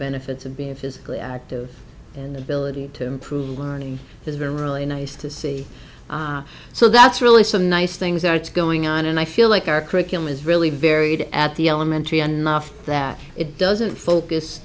benefits of being physically active and ability to improve learning has been really nice to see so that's really some nice things are going on and i feel like our curriculum is really varied at the elementary and laugh that it doesn't focus